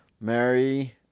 Mary